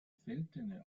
seltene